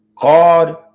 God